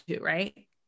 right